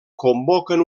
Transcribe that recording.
convoquen